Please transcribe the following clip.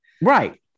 right